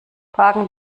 parken